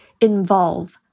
involve